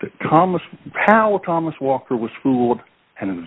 the calmest power thomas walker was fooled and